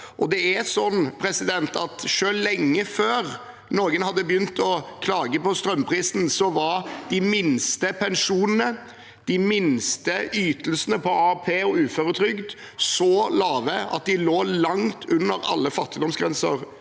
dem som har minst fra før. Selv lenge før noen hadde begynt å klage på strømprisen, var de minste pensjonene, de minste ytelsene på AAP og uføretrygd, så lave at de lå langt under alle fattigdomsgrenser